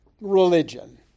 religion